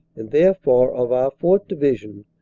and therefore of our fourth. division,